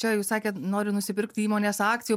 čia jūs sakėt nori nusipirkti įmonės akcijų